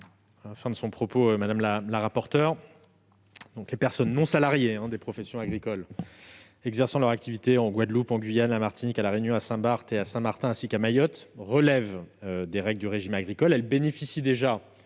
à l'instant Mme la rapporteure : les personnes non salariées des professions agricoles exerçant leur activité en Guadeloupe, en Guyane, à la Martinique, à La Réunion, à Saint-Barthélemy, à Saint-Martin et à Mayotte relèvent des règles du régime agricole